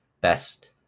best